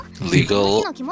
legal